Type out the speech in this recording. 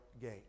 gate